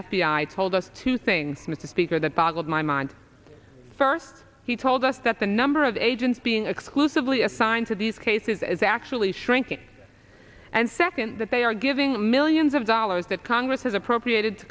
i told us to thing mr speaker that boggles my mind first he told us that the number of agents being exclusively assigned to these cases is actually shrinking and second that they are giving millions of dollars that congress has appropriated